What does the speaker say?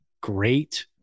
great